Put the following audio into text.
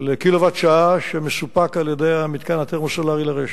לקילוואט שעה שמסופק על-ידי המתקן התרמו-סולרי לרשת.